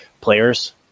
players